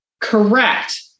Correct